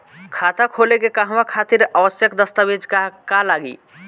खाता खोले के कहवा खातिर आवश्यक दस्तावेज का का लगी?